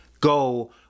go